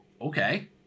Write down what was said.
Okay